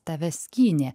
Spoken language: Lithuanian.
tave skynė